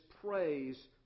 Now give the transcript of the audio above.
praise